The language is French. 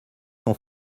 son